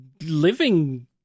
living